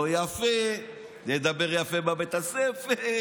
לא יפה, לדבר יפה בבית הספר.